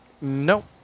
No